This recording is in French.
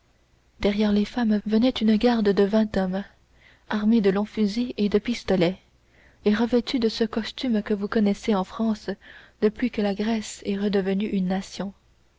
derrière les femmes venait une garde de vingt hommes armés de longs fusils et de pistolets et revêtus de ce costume que vous connaissez en france depuis que la grèce est redevenue une nation